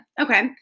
okay